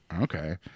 Okay